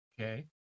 okay